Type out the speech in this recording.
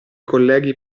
colleghi